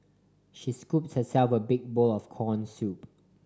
she scooped herself a big bowl of corn soup